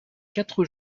quatre